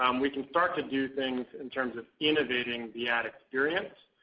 um we can start to do things in terms of innovating the ad experience.